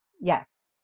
Yes